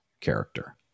character